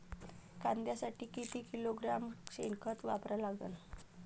कांद्यासाठी किती किलोग्रॅम शेनखत वापरा लागन?